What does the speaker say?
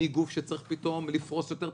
מגוף שצריך לפרוס יותר תשלומים.